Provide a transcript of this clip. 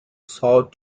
sought